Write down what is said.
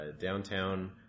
downtown